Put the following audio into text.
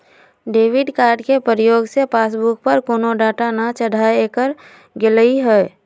debit card के प्रयोग से पासबुक पर कोनो डाटा न चढ़ाएकर गेलइ ह